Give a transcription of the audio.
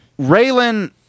Raylan